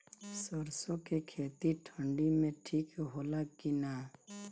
सरसो के खेती ठंडी में ठिक होला कि ना?